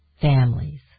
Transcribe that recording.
Families